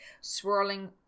swirling